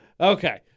Okay